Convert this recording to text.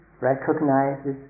recognizes